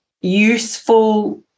useful